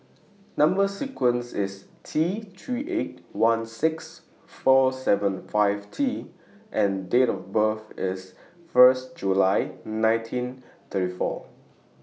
Number sequence IS T three eight one six four seven five T and Date of birth IS First July nineteen thirty four